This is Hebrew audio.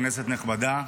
כנסת נכבדה,